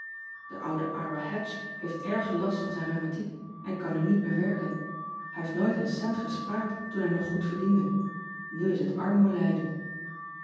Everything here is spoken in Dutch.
e oude ra atch heeft erge last van zijn rheumatiek en kan nu niet meer werken ij heeft nooit een cent gespaard toen hij nog goed verdiende u is het armoe lijden